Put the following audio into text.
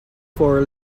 for